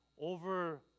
over